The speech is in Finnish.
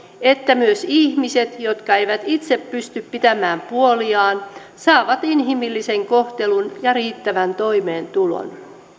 että myös ihmiset jotka eivät itse pysty pitämään puoliaan saavat inhimillisen kohtelun ja riittävän toimeentulon